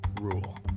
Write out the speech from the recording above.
rule